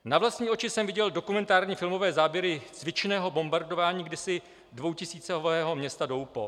Na vlastní oči jsem viděl dokumentární filmové záběry cvičného bombardování kdysi dvoutisícového města Doupov.